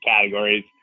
categories